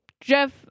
Jeff